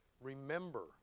remember